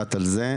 הדעת על זה.